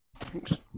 Thanks